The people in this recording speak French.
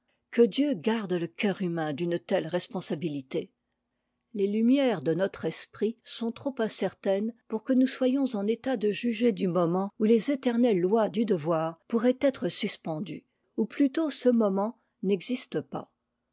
que dieu garde le coeur humain d'une telle responsabilité les lumières de notre esprit sont trop incertaines pour que nous soyons en état de juger du moment où les éternelles lois du devoir pourraient être suspendues ou plutôt ce moment n'existe pas